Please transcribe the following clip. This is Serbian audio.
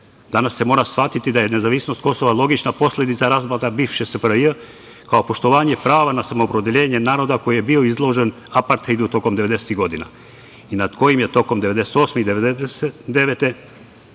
se mora shvatiti da je nezavisnost Kosova logična posledica raspada bivše SFRJ, kao poštovanje prava na samoopredeljenje naroda koji je bio izložen aparthejdu tokom devedesetih godina i nad kojim su tokom 1998. i 1999.